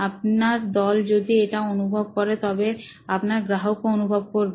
আপনার দল যদি এটা অনুভব করে তবে আপনার গ্রাহকও অনুভব করবে